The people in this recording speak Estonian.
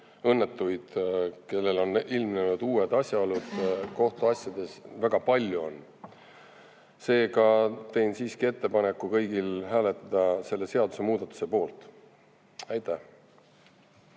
õnnetuid, kellel on ilmnenud uued asjaolud kohtuasjades, väga palju on. Seega teen siiski ettepaneku kõigil hääletada selle seadusemuudatuse poolt. Aitäh!